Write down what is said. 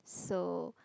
so